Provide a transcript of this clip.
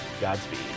Godspeed